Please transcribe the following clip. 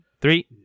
Three